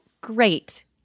great